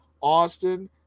Austin